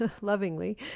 lovingly